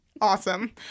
Awesome